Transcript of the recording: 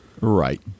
right